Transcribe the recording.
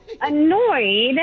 annoyed